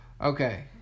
okay